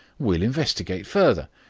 we'll investigate further.